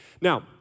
Now